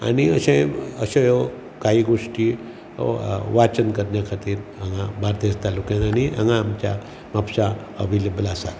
आनी अश्यो काही गोश्टी वाचन करण्याखातीर हांगा बार्देस तालुक्यांत आनी हांगा आमच्या म्हापशां अवेलेबल आसात